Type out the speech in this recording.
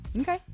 okay